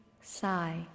sigh